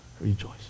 Rejoice